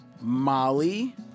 Molly